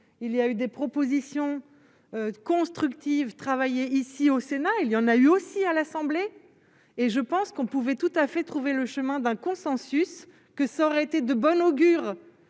il y a eu des propositions constructives travailler ici au Sénat, il y en a eu aussi à l'Assemblée, et je pense qu'on pouvait tout à fait trouver le chemin d'un consensus que ça aurait été de bon augure